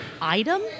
item